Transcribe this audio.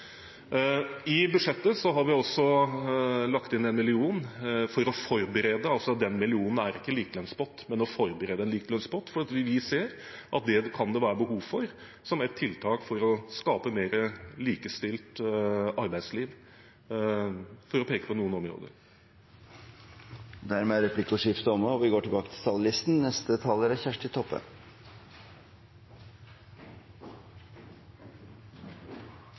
I budsjettet har vi lagt inn 1 mill. kr for å forberede en likelønnspott – den millionen er ikke en likelønnspott – for det ser vi at det kan det være behov for som et tiltak for å skape mer likestilt arbeidsliv, for å peke på noen områder. Replikkordskiftet er omme. Senterpartiets barne- og familiepolitikk skal bidra til